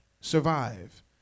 survive